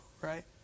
right